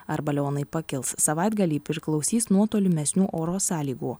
ar balionai pakils savaitgalį priklausys nuo tolimesnių oro sąlygų